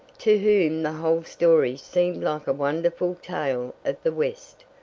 to whom the whole story seemed like a wonderful tale of the west.